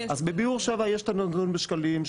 אז בביאור 7 יש את הנתון בשקלים,